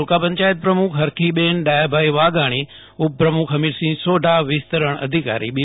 તાલુકા પંચાયત પ્રમુખ ફરખીબેન ડાયાભાઈ વાઘાણી ઉપપ્રમુખ ફમીરસિંહ સોઢા વિસ્તરણ અધિકારી બી